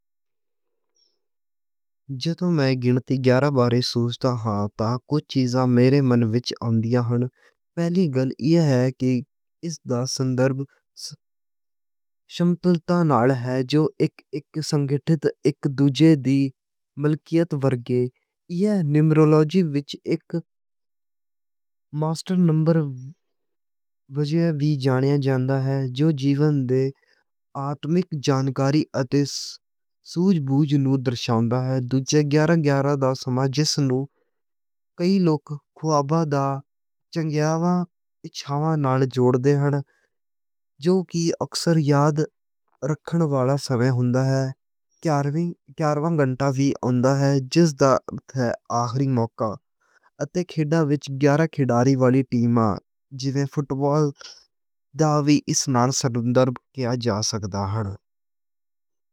جدوں میں گیارہ بارے سوچدا ہاں تے کجھ چیزاں میرے من وچ آندیاں نیں۔ پہلی گل ایہ ہے کہ ایہدا سندربھ سمرتہ نال ہے۔ جو اک اک سنگٹھت اک دوجے دی ملکیتی ورگے۔ ایہ نمبرولوجی وچ اک ماسٹر نمبر بھی جانیا جاندا ہے۔ جو جیون دے آتمک جانکاری اتے سوجھ بوجھ نوں درساؤندا ہے۔ دوجے دا سماج جس نوں کئی لوک خواباں دیاں چنگیاں خواہشاں نال جوڑے نیں۔ جو اکثر یاد رکھن والا سمیں، گیارواں کنٹا وی آندا ہے۔ جس دا تے آخری موقعہ اتے کھلاڑی والی ٹیم۔ جیویں فٹبال دا وی اس نال سنبندھ کیتا جا سکدا ہے۔